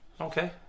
Okay